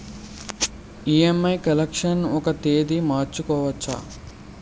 EMI collection ఒక తేదీ మార్చుకోవచ్చా?